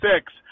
six